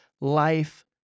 life